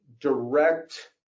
direct